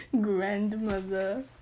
Grandmother